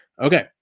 Okay